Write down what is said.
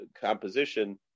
composition